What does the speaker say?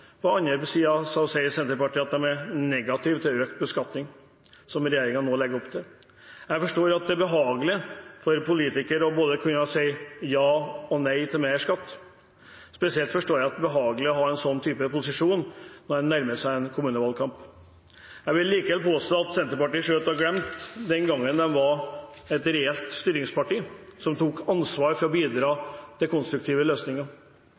På den andre siden sier Senterpartiet at de er negative til økt beskatning, som regjeringen nå legger opp til. Jeg forstår at det er behagelig for en politiker å kunne si både ja og nei til mer skatt. Spesielt forstår jeg at det er behagelig å ha en slik posisjon når en nærmer seg en kommunevalgkamp. Jeg vil likevel påstå at Senterpartiet ser ut til å ha glemt den gangen de var et reelt styringsparti, som tok ansvar for å bidra til konstruktive løsninger.